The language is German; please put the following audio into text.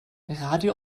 radio